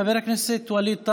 חבר הכנסת ווליד טאהא,